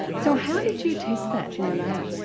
so how did you test that in the lab?